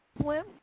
swim